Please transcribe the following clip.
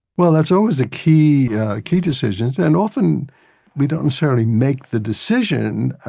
well, that's always a key key decision. and often we don't necessarily make the decision.